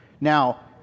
Now